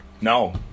No